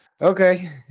Okay